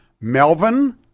Melvin